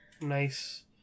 nice